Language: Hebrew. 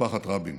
משפחת רבין,